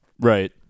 Right